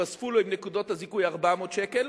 יתווספו לנקודות הזיכוי שלו 400 שקל,